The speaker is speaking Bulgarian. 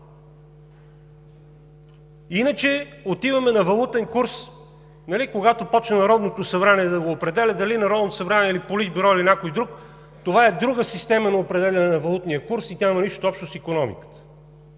Иначе отиваме на валутен курс, когато започне Народното събрание да го определя, дали Народното събрание, или Политбюро, или някой друг, това е друга система на определяне на валутния курс и тя няма нищо общо с икономиката.